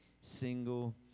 single